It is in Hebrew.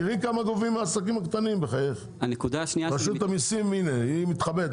למה נציגת רשות המיסים מתחבאת?